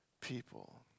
people